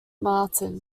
martin